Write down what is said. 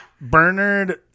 Bernard